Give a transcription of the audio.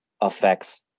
affects